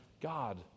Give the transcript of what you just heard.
God